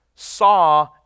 saw